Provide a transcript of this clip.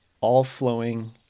all-flowing